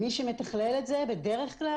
מי שמתכלל את זה בדרך כלל,